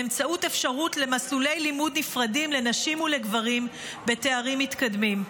באמצעות אפשרות למסלולי לימוד נפרדים לנשים ולגברים בתארים מתקדמים.